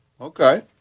Okay